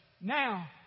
now